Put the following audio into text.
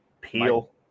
Peel